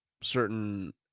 certain